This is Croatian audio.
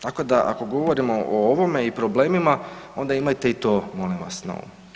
Tako da ako govorimo o ovome i problemima onda imajte i to molim vas na umu.